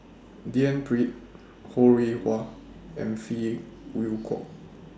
D N Pritt Ho Rih Hwa and Phey Yew Kok